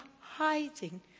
hiding